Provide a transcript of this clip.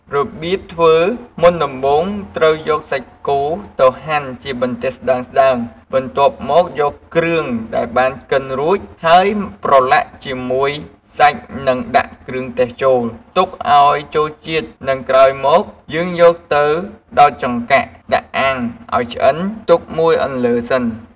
រប្រៀបធ្វើមុនដំបូងត្រូវយកសាច់គោទៅហាន់ជាបន្ទះស្តើង បន្ទាប់មកយកគ្រឿងដែលបានកិនរួចហើយប្រឡាក់ជាមួយសាច់និងដាក់ គ្រឿងទេសចូល ទុកឲ្យចូលជាតិនិងក្រោយមកយើងយកទៅដោតចង្កាក់ដាក់អាំងឲ្យឆ្អិនទុកមួយអន្លើសិន។